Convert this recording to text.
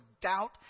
doubt